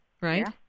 right